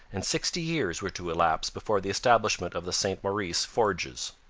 and sixty years were to elapse before the establishment of the saint-maurice forges.